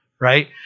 right